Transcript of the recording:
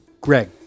Greg